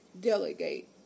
delegate